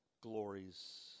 glories